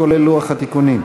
כולל לוח התיקונים.